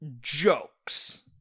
jokes